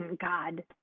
God